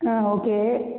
ஆ okay